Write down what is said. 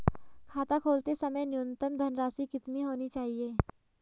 खाता खोलते समय न्यूनतम धनराशि कितनी होनी चाहिए?